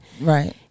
right